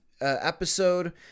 episode